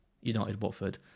United-Watford